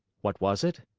what was it?